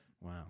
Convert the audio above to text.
Wow